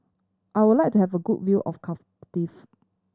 I would like to have a good view of Cardiff